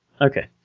Okay